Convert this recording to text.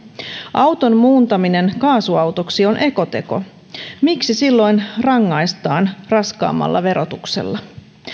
auton muuntaminen kaasuautoksi on ekoteko miksi silloin rangaistaan raskaammalla verotuksella